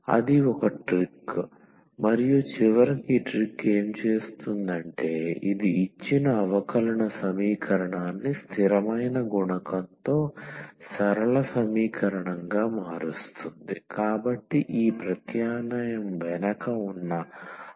అది ఒక ట్రిక్ మరియు చివరకు ఈ ట్రిక్ ఏమి చేస్తుంది అంటే ఇది ఇచ్చిన అవకలన సమీకరణాన్ని స్థిరమైన గుణకంతో సరళ సమీకరణంగా మారుస్తుంది కాబట్టి ఈ ప్రత్యామ్నాయం వెనుక ఉన్న ఆలోచన ఇది